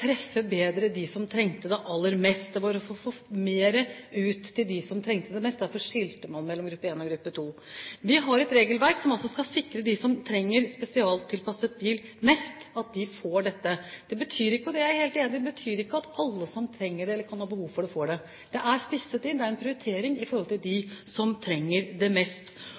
treffe bedre dem som trengte det aller mest. Det var for å få mer ut til dem som trengte det mest. Derfor skilte man mellom gruppe 1 og gruppe 2. Vi har et regelverk som skal sikre at de som trenger spesialtilpasset bil mest, får dette. Det betyr ikke – og det er jeg helt enig i – at alle som trenger det eller kan ha behov for det, får det. Det er spisset inn, det er en prioritering i forhold til dem som trenger det mest.